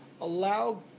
Allow